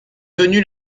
venu